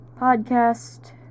podcast